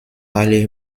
alle